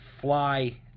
fly